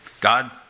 God